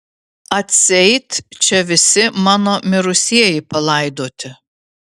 atseit čia visi mano mirusieji palaidoti